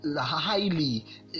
highly